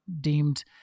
deemed